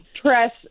press